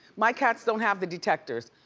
my cats don't have the detectors.